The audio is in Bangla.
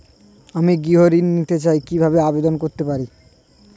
আমি গৃহ ঋণ নিতে চাই কিভাবে আবেদন করতে পারি?